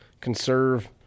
conserve